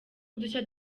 udushya